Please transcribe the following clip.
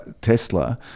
tesla